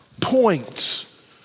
points